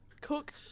cook